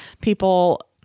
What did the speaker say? people